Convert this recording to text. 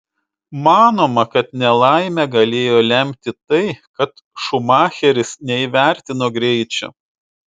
manoma kad nelaimę galėjo lemti tai kad šumacheris neįvertino greičio